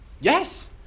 Yes